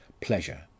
pleasure